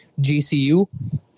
GCU